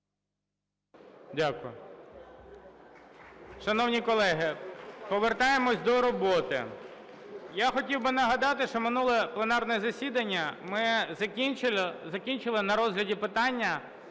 Дякую. Шановні колеги, повертаємось до роботи. Я хотів би нагадати, що минуле пленарне засідання ми закінчили на розгляді питання